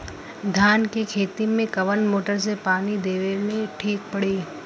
धान के खेती मे कवन मोटर से पानी देवे मे ठीक पड़ी?